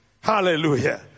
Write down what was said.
hallelujah